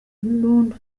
n’undi